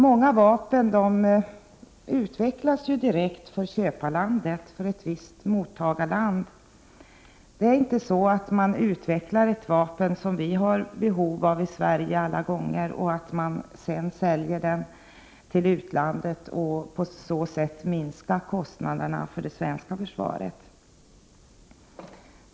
Många vapen utvecklas nämligen direkt för ett visst mottagarland. Det är inte alla gånger så att man utvecklar ett vapen som vi har behov av i Sverige, och sedan säljer det till utlandet för att på så sätt minska kostnaderna för det svenska försvaret.